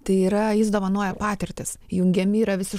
tai yra jis dovanoja patirtis jungiami yra visi